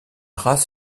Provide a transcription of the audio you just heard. race